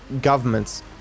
governments